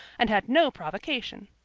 and had no provocation.